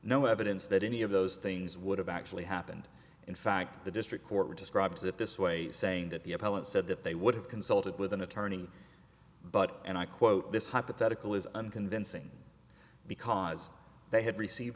no evidence that any of those things would have actually happened in fact the district court describes it this way saying that the appellant said that they would have consulted with an attorney but and i quote this hypothetical is unconvincing because they had received